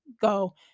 go